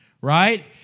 right